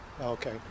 Okay